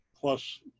plus